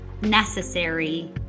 necessary